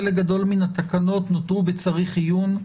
חלק גדול מן התקנות נותרו וצריך עיון,